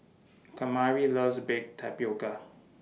Kamari loves Baked Tapioca